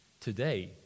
Today